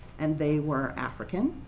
and they were african,